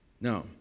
Now